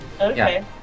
okay